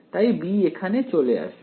তাই b এখানে চলে আসবে